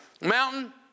mountain